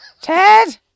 Ted